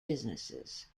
businesses